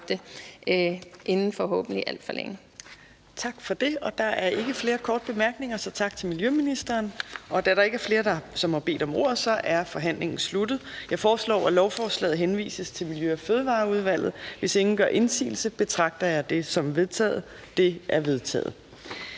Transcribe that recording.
Da der ikke er flere, som har bedt om ordet, er forhandlingen sluttet. Jeg foreslår, at lovforslaget henvises til Miljø- og Fødevareudvalget, og hvis ingen gør indsigelse betragter jeg dette som vedtaget. Det er vedtaget.